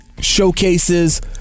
showcases